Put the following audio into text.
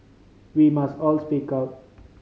we must all speak out